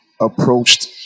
approached